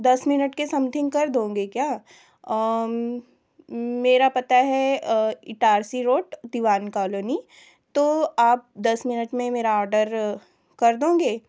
दस मिनट के सम्थिंग कर दोंगे क्या मेरा पता है इटारसी रोड दीवान कालोनी तो आप दस मिनट में मेरा ऑर्डर कर दूँगी